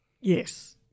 Yes